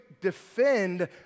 defend